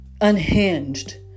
unhinged